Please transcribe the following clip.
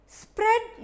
spread